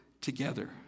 together